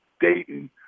Dayton